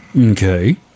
Okay